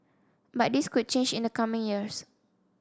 but this could change in the coming years